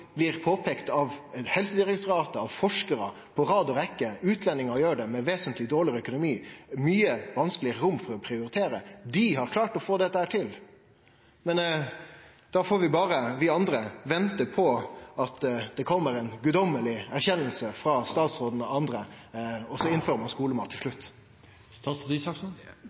og med eit mye trongare rom for å prioritere, har klart å få til. Men vi andre får berre vente på at det kjem ei guddommeleg erkjenning frå statsråden og andre, og så innfører ein skulemat til slutt.